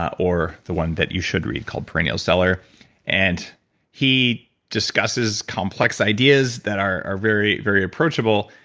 or the one that you should read called perennial seller and he discusses complex ideas that are very, very approachable,